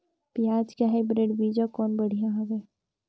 पियाज के हाईब्रिड बीजा कौन बढ़िया हवय?